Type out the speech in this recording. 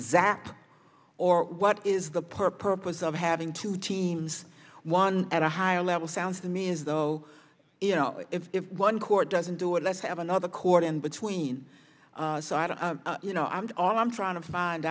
zap or what is the purpose of having two teams one at a higher level sounds to me as though you know if one court doesn't do it let's have another court in between so i don't you know i'm all i'm trying to find